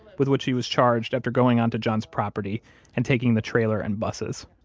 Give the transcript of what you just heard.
with which he was charged after going on to john's property and taking the trailer and buses